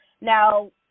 Now